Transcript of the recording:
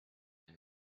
ein